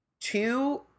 two